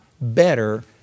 better